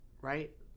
right